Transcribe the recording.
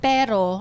Pero